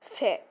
से